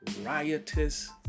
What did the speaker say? riotous